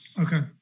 Okay